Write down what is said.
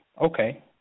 Okay